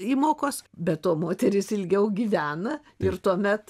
įmokos be to moterys ilgiau gyvena ir tuomet